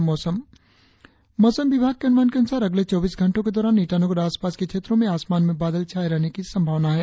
और अब मौसम मौसम विभाग के अनुमान के अनुसार अगले चौबीस घंटो के दौरान ईटानगर और आसपास के क्षेत्रो में आसमान में बादल छाये रहने और बारिस होने की संभावना है